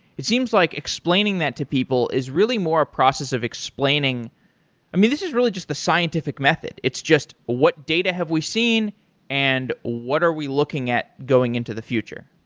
it seems like explaining that to people is really more a process of explaining this is really just the scientific method. it's just what data have we seen and what are we looking at going into the future.